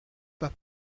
pas